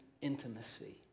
intimacy